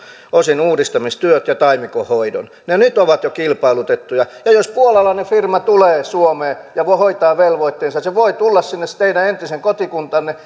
osin uudistamistyöt ja taimikon hoidon ne nyt ovat jo kilpailutettuja ja jos puolalainen firma tulee suomeen ja hoitaa velvoitteensa se voi tulla sinne teidän entiseen kotikuntaanne